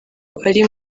ari